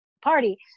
Party